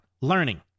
learning